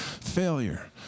failure